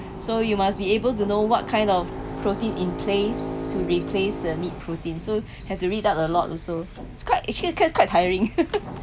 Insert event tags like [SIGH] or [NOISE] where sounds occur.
so you must be able to know what kind of protein in place to replace the meat protein so [BREATH] have to read up a lot also it's quite actually quite quite tiring [LAUGHS]